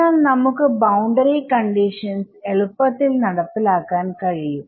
എന്നാൽ നമുക്ക് boundary conditions എളുപ്പത്തിൽ നടപ്പിലാക്കാൻ കഴിയും